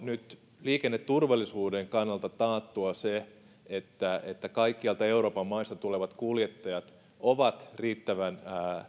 nyt liikenneturvallisuuden kannalta taattua että että kaikkialta euroopan maista tulevat kuljettajat ovat riittävän